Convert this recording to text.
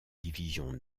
division